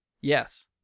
Yes